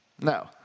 No